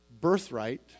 birthright